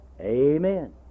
amen